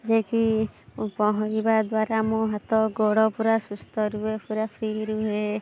ଯେ କି ପହଁରିବା ଦ୍ଵାରା ମୋ ହାତ ଗୋଡ଼ ପୂରା ସୁସ୍ଥ ରୁହେ ପୂରା ଫ୍ରୀ ରୁହେ